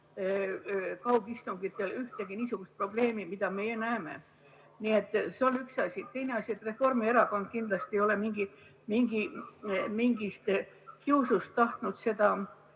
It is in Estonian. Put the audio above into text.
kaugistungitel ühtegi niisugust probleemi, mida meie näeme. See on üks asi. Teine asi on, et Reformierakond kindlasti ei ole mingist kiusust tahtnud seda